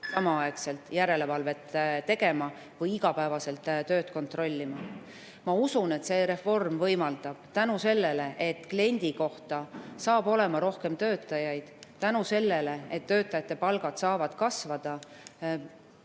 samal ajal järelevalvet tegema või iga päev tööd kontrollima. Ma usun, et see reform võimaldab tänu sellele, et kliendi kohta saab olema rohkem töötajaid, tänu sellele, et töötajate palgad saavad kasvada,